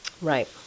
Right